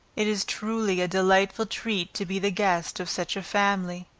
it is truly a delightful treat to be the guest of such a family.